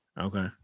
okay